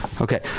Okay